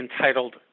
entitled